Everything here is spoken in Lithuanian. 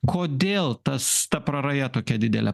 kodėl tas ta praraja tokia didelė